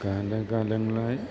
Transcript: കാലാകാലങ്ങളായി